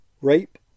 rape